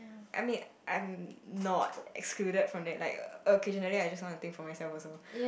I mean I'm not excluded from that like occasionally I just want to think for myself also